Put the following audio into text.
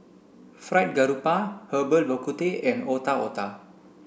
Fried Garoupa Herbal Bak Ku Teh and Otak Otak